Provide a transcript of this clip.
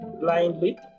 blindly